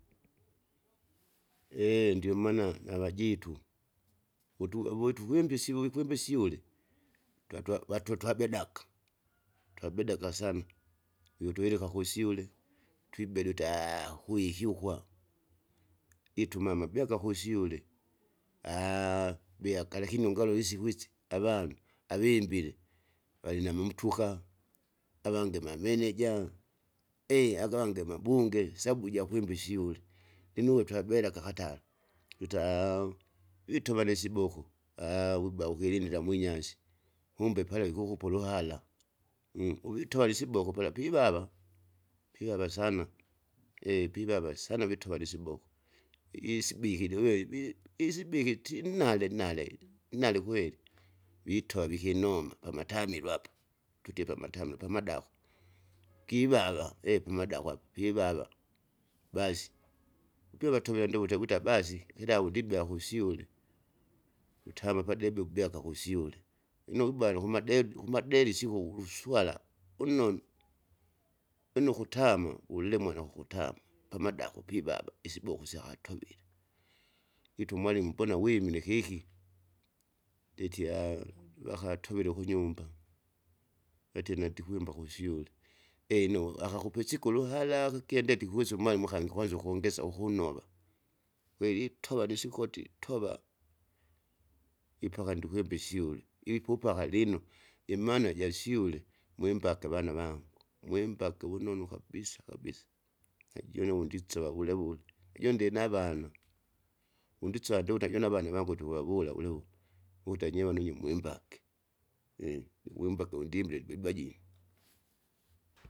ndiomaana navajitu vutu avwetukimbisi vikwimbi isyule, twatwa vatwe twabedaka twabedaka sana viutwilika kusyule twibede uti kwikyukwa. Ituma mabeaka kusyule beaka lakini ungalole isiku isi avanu avimbile. Valinamamtuka avange mameneja, agavange mabunge sabu jakwimba isyule lino uve twabelaka akatala twita, vitova nsiboko, wiba ukilindila mwinyasi, kumbe pala vikukupa uluhara uvitwale isiboko pala pivava, pivava sana eehe! pivava sana vitwale vitwale isiboko isibikile uve wi- isibikiti nnale nnale nnale kweli, vitova vikinoma pamatamilo apo, tutie pamatamilo pamadako, kivava eeh pamadako apo pivava basi ipya vatovila andivuta vuta basi kilavu ndibea kusyule. Kutama padebe kubyaka kusyule, lino uwiba nakumadebi kumadeli siko vukuswala unnonu, lino ukutama, ulemwana kwakutama pamadako pivava isiboko syakatovile, wita umwalimu mbona wimile kiki, ndetie vakatuvile kunyumba, vatie nandikwimba kusyule. Yaino akakupe sikuluhara, kukie ndeti ikwisa umwalimu akangi ikwanza ukungesa ukunova, kweli litova lisikoti towa, ipaka ndikwimba isyule, ilipupaka lino limana jashule, mwimbake vana vangu, mwimbake wunonu kabisa kabisa. Najune wondisova wulewule naju ndinavana, wundisova ndikuta ajune avana wangu etukuwawula wulewule, ukata anyiwona unyu mwibage wimbake undimile ndibaji.